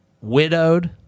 widowed